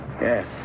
Yes